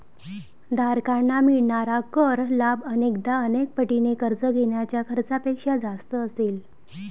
धारकांना मिळणारा कर लाभ अनेकदा अनेक पटीने कर्ज घेण्याच्या खर्चापेक्षा जास्त असेल